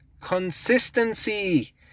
consistency